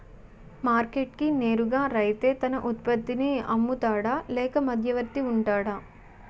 Market కి నేరుగా రైతే తన ఉత్పత్తి నీ అమ్ముతాడ లేక మధ్యవర్తి వుంటాడా?